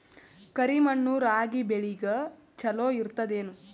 ಕರಿ ಮಣ್ಣು ರಾಗಿ ಬೇಳಿಗ ಚಲೋ ಇರ್ತದ ಏನು?